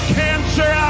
cancer